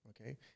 Okay